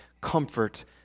comfort